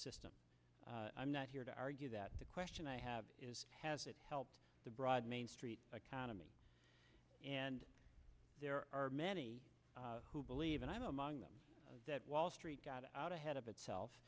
system i'm not here to argue that the question i have is has it helped the broad main street economy and there are many who believe and i'm among them that wall street got out ahead of